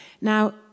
Now